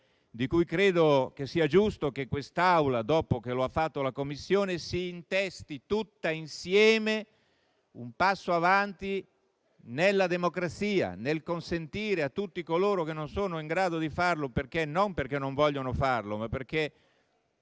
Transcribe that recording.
di cui credo che sia giusto che quest'Assemblea, dopo che lo ha fatto la Commissione, si intesti tutta insieme un passo avanti nella democrazia, nel consentire a tutti coloro che non sono in grado di farlo - non perché non vogliano farlo, ma perché